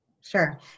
Sure